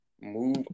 move